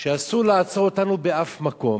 שאסור לעצור אותנו באף מקום.